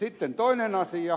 sitten toinen asia